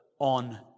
on